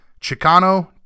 chicano